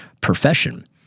profession